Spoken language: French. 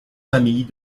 famille